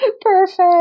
Perfect